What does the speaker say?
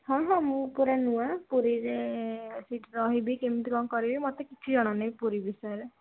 ହଁ ହଁ ମୁଁ ପୁରା ନୂଆ ପୁରୀରେ ସେଇଠି ରହିବି କେମିତି କ'ଣ କରିବି ମୋତେ କିଛି ଜଣାନାହିଁ ପୁରୀ ବିଷୟରେ